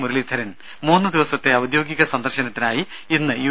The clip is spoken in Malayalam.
മുരളീധരൻ മൂന്ന് ദിവസത്തെ ഔദ്യോഗിക സന്ദർശനത്തിനായി ഇന്ന് യു